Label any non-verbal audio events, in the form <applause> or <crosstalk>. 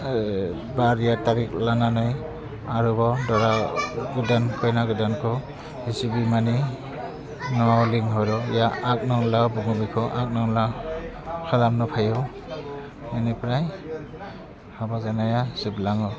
<unintelligible> थारिख लानानै आरोबाव दरा गोदान खैना गोदानखौ गिबिमानि न'वाव लिंहरो बेयो आटनंला बुङो बेखौ आटनंला खालामनो फैयो बेनिफ्राय हाबा जानाया जोबलाङो